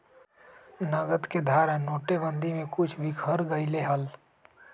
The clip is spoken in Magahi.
नकद के धारा नोटेबंदी में कुछ बिखर गयले हल